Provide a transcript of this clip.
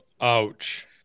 Ouch